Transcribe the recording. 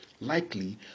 likely